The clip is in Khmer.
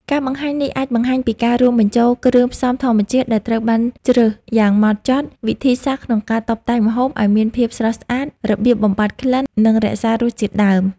ការបង្ហាញនេះអាចបង្ហាញពីការរួមបញ្ចូលគ្រឿងផ្សំធម្មជាតិដែលត្រូវបានជ្រើសយ៉ាងម៉ត់ចត់ វិធីសាស្រ្តក្នុងការតុបតែងម្ហូបឲ្យមានភាពស្រស់ស្អាត, របៀបបំបាត់ក្លិន និងរក្សារសជាតិដើម